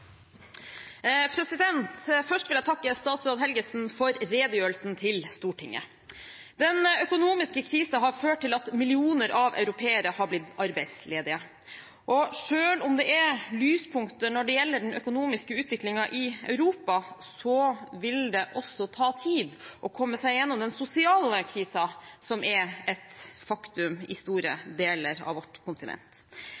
Først vil jeg takke statsråd Helgesen for redegjørelsen til Stortinget. Den økonomiske krisen har ført til at millioner av europeere har blitt arbeidsledige. Selv om det er lyspunkter når det gjelder den økonomiske utviklingen i Europa, vil det ta tid å komme seg gjennom den sosiale krisen, som er et faktum